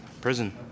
prison